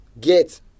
get